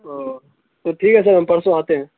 اوہ تو ٹھیک ہے سر ہم پرسوں آتے ہیں